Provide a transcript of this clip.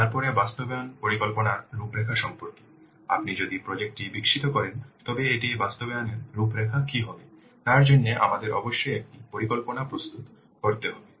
তারপরে বাস্তবায়ন পরিকল্পনার রূপরেখা সম্পর্কে আপনি যদি প্রজেক্ট টি বিকশিত করেন তবে এটি বাস্তবায়নের রূপরেখা কী হবে তার জন্য আমাদের অবশ্যই একটি পরিকল্পনা প্রস্তুত করতে হবে